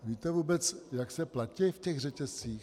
Víte vůbec, jak se platí v těch řetězcích?